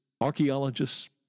archaeologists